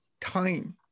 time